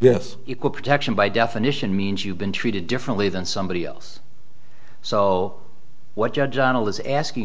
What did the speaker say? with equal protection by definition means you've been treated differently than somebody else so what judge onil is asking